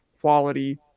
quality